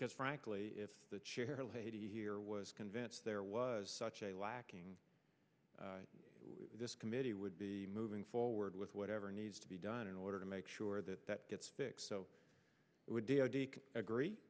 because frankly if the chair lady here was convinced there was such a lacking this committee would be moving forward with whatever needs to be done in order to make sure that that gets fixed so